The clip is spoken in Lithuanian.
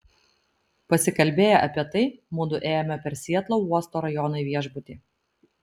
pasikalbėję apie tai mudu ėjome per sietlo uosto rajoną į viešbutį